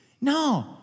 No